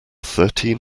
thirteen